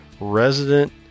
resident